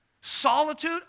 solitude